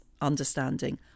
understanding